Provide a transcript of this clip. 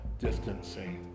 distancing